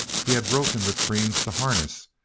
he had broken the creams to harness,